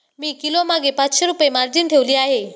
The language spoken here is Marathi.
मी किलोमागे पाचशे रुपये मार्जिन ठेवली आहे